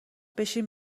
بشین